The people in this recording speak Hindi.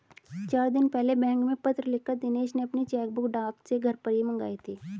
चार दिन पहले बैंक में पत्र लिखकर दिनेश ने अपनी चेकबुक डाक से घर ही पर मंगाई थी